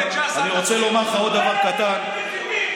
חרדים,